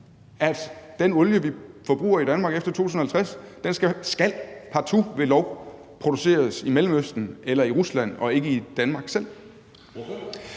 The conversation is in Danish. at den olie, vi forbruger i Danmark efter 2050, partout ved lov skal produceres i Mellemøsten eller i Rusland og ikke i Danmark selv.